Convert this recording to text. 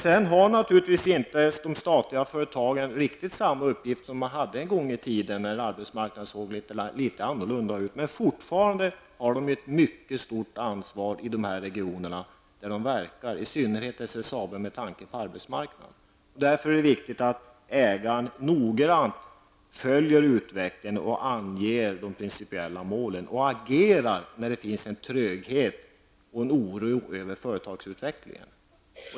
De statliga företagen har naturligtvis inte riktigt samma uppgift nu som de hade en gång i tiden, när arbetsmarknaden såg litet annorlunda ut, men fortfarande har de ett mycket stort ansvar i de regioner där de verkar, i synnerhet SSAB, med tanke på arbetsmarknaden. Därför är det viktigt att ägaren noggrant följer utvecklingen, anger de principiella målen och agerar när det finns en tröghet i och en oro över företagsutvecklingen.